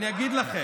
אני אגיד לכם.